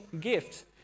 gift